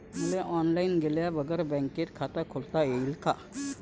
मले ऑनलाईन गेल्या बगर बँकेत खात खोलता येईन का?